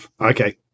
Okay